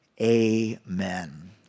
amen